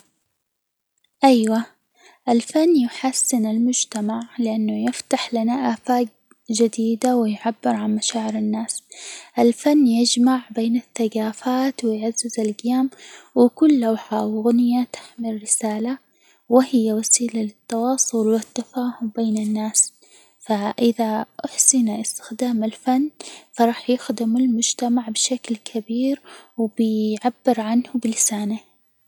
أيوة، الفن يُحسن المجتمع، لأنه يفتح لنا آفاج جديدة ويعبر عن مشاعر الناس، الفن يجمع بين الثجافات، ويعزز الجيم، وكل لوحة، وأغنية تحمل رسالة، وهي وسيلة للتواصل، والتفاهم بين الناس، فإذا أُحسن إستخدام الفن، فراح يخدم المجتمع بشكل كبير، وبيعبر عنه بلسانه.